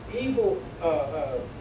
evil